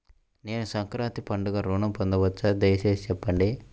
నేను సంక్రాంతికి పండుగ ఋణం పొందవచ్చా? దయచేసి చెప్పండి?